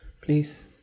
please